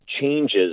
changes